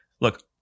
look